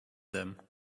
them